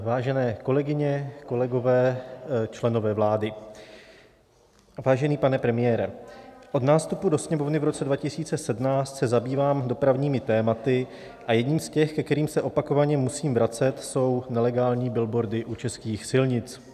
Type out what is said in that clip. Vážené kolegyně, kolegové, členové vlády, vážený pane premiére, od nástupu do Sněmovny v roce 2017 se zabývám dopravními tématy a jedním z těch, ke kterým se opakovaně musím vracet, jsou nelegální billboardy u českých silnic.